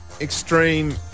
extreme